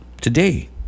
today